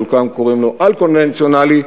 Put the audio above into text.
חלק קוראים להם "אל-קונבנציונלי"